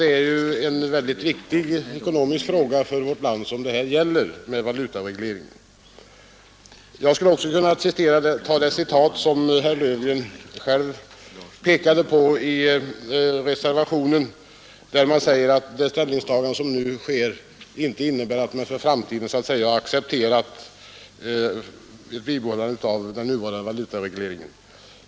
Det är ju en mycket viktig ekonomisk fråga för vårt land som det här gäller. Jag skulle också kunna citera det avsnitt ur reservationen som herr Löfgren åberopade, där det sägs att det ställningstagande som nu sker inte innebär att man för framtiden har accepterat bibehållandet av den nuvarande valutaregleringen.